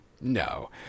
No